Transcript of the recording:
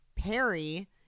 Perry